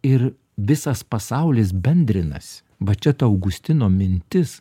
ir visas pasaulis bendrinasi va čia to augustino mintis